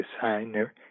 designer